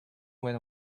went